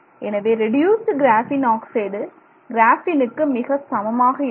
எனவே reduced graphene oxide கிராஃபீனுக்கு மிக சமமாக இருக்கும்